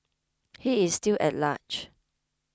he is still at large